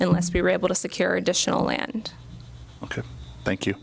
unless we're able to secure additional land ok thank you